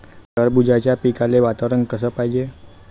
टरबूजाच्या पिकाले वातावरन कस पायजे?